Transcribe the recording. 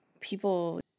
people